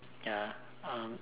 ya